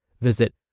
Visit